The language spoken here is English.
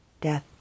death